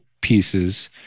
pieces